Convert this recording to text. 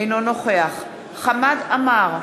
אינו נוכח חמד עמאר,